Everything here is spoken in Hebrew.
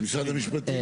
משרד המשפטים.